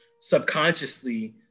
subconsciously